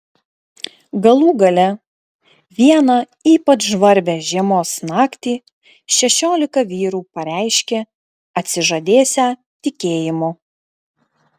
galų gale vieną ypač žvarbią žiemos naktį šešiolika vyrų pareiškė atsižadėsią tikėjimo